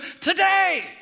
today